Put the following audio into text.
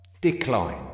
Decline